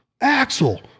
Axel